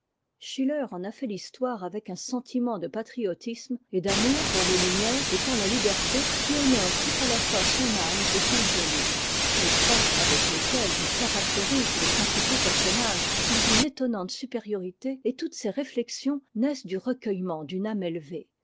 schiller en a fait l'histoire avec un sentiment de patriotisme et d'amour pour les lumières et pour la liberté qui honore tout à la fois son âme et son génie les traits avec lesquels il caractérise les principaux personnages sont d'une étonnante supériorité et toutes ses réflexions naissent du recueillement d'une âme élevée